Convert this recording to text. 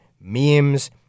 memes